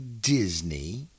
Disney